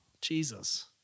Jesus